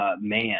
man